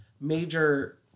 major